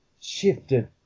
shifted